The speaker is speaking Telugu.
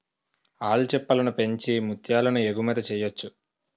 ఆల్చిప్పలను పెంచి ముత్యాలను ఎగుమతి చెయ్యొచ్చు